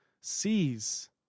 sees